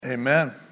Amen